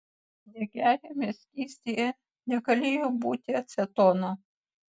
degiajame skystyje negalėjo būti acetono